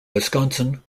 wisconsin